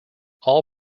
all